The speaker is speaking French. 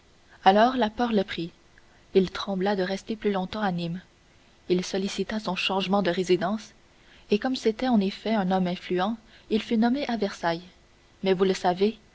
alors la peur le prit il trembla de rester plus longtemps à nîmes il sollicita son changement de résidence et comme c'était en effet un homme influent il fut nommé à versailles mais vous le savez